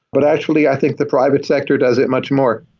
but actually i think the private sector does it much more.